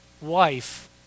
wife